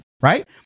right